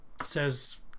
says